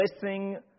blessing